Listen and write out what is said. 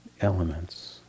Elements